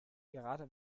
gerade